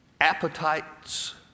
appetites